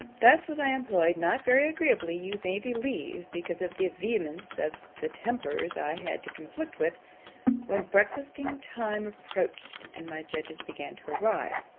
thus was i employed, not very agreeably, you may believe, because of the vehemence of the tempers i had to conflict with when breakfasting-time approached, and my judges began to arrive.